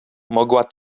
mogła